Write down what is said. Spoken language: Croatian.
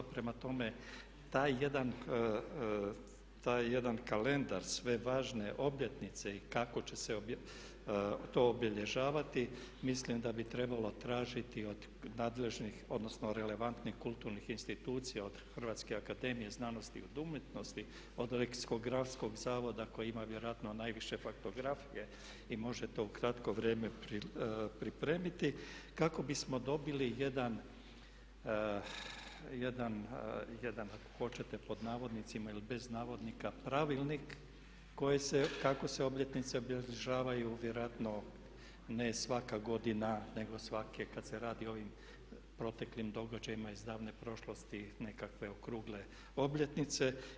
Prema tome taj jedan kalendar sve važne obljetnice i kako će se to obilježavati mislim da bi trebalo tražiti od nadležnih, odnosno relevantnih kulturnih institucija od Hrvatske akademije znanosti i umjetnosti, od leksikografskog zavoda koji ima vjerojatno najviše faktografije i može to u kratko vrijeme pripremiti kako bismo dobili jedan ako hoćete pod navodnicima ili bez navodnika pravilnik kako se obljetnice obilježavaju, vjerojatno ne svaka godina nego svake, kada se radi o ovim proteklim događajima iz davne prošlosti, nekakve okrugle obljetnice.